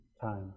time